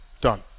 Done